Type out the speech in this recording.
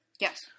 yes